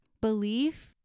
belief